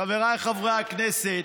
חבריי חברי הכנסת,